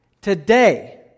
today